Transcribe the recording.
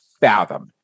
fathom